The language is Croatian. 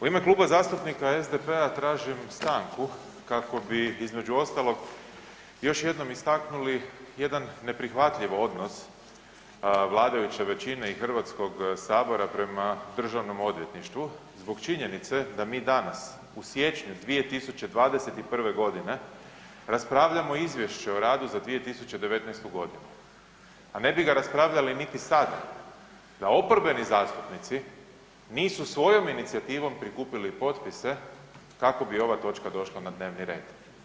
U ime Kluba zastupnika SDP-a tražim stanku kako bi između ostalog još jednom istaknuli jedan neprihvatljiv odnos vladajuće većine i HS prema državnom odvjetništvu zbog činjenice da mi danas u siječnju 2021.g. raspravljamo o Izvješću o radu za 2019.g., a ne bi ga raspravljali niti sada da oporbeni zastupnici nisu svojom inicijativom prikupili potpise kako bi ova točka došla na dnevni red.